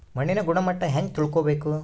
ಮಣ್ಣಿನ ಗುಣಮಟ್ಟ ಹೆಂಗೆ ತಿಳ್ಕೊಬೇಕು?